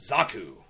Zaku